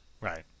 Right